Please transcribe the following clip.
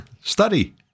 Study